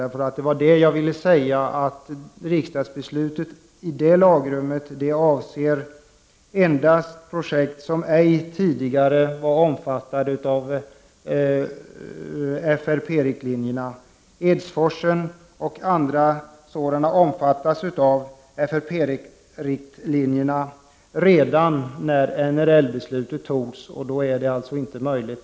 Det jag ville säga var nämligen att riksdagsbeslutet i det lagrummet endast avser projekt som ej tidigare var omfattade av FRP-riktlinjerna. Edsforsen och andra sådana omfattades av FRP-riktlinjerna redan när NRL-beslutet togs, och då är det alltså inte möjligt.